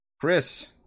Chris